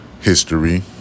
history